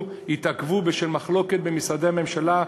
התעכבו בשל מחלוקות בין משרדי הממשלה,